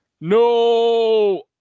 No